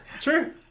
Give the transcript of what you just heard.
true